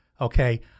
Okay